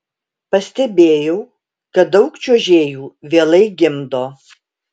pastebėjau kad daug čiuožėjų vėlai gimdo